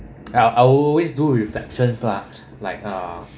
I I'll always do reflections lah like uh